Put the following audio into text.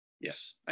yes